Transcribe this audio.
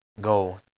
go